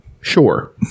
Sure